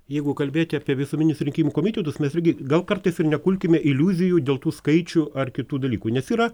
jeigu kalbėti apie visuomeninius rinkimų komitetus mes irgi gal kartais ir nekurkime iliuzijų dėl tų skaičių ar kitų dalykų nes yra